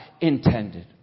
intended